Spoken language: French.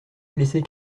blessés